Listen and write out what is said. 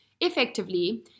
Effectively